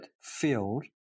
field